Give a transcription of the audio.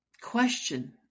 question